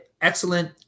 excellent